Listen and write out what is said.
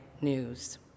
news